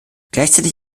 gleichzeitig